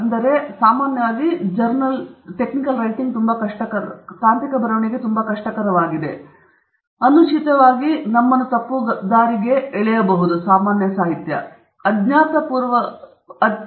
ಆದ್ದರಿಂದ ಇದು ಸಾಮಾನ್ಯವಾಗಿ ತುಂಬಾ ಕಷ್ಟಕರವಾಗಿದೆ ಮತ್ತು ಮುಖ್ಯವಾಗಿ ಏಕೆಂದರೆ ನಾವು ತಿಳಿದಿರುವ ಉದಾಹರಣೆಗಳು ನಮಗೆ ತಿಳಿದಿರುವುದು ನಮ್ಮನ್ನು ತಪ್ಪುದಾರಿಗೆಳೆಯುವುದು ಅನುಚಿತವಾಗಿ ನಮ್ಮನ್ನು ತಪ್ಪುದಾರಿಗೆಳೆಯುವುದು ಏಕೆಂದರೆ ಬೇರೆ ಬೇರೆ ಪ್ರೇಕ್ಷಕರಿಗೆ ಅವರು ಬರೆದಿದ್ದಾರೆ